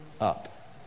up